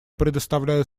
предоставляю